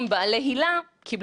כמעט שנה אחר הקמתה.